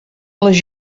les